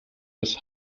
das